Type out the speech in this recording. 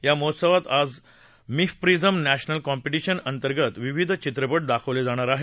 या महोत्सवात आज मिफ प्रिझम नध्वजल कॉम्पिटिशन अंतर्गत विविध चित्रपट दाखवले जात आहेत